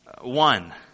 One